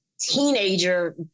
teenager